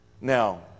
Now